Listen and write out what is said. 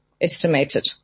estimated